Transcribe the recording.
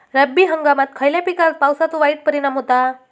रब्बी हंगामात खयल्या पिकार पावसाचो वाईट परिणाम होता?